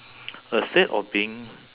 a statue of being